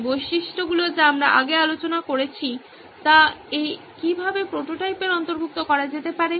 এই বৈশিষ্ট্যগুলি যা আমরা আগে আলোচনা করেছি তা এই কিভাবে প্রোটোটাইপের অন্তর্ভুক্ত করা যেতে পারে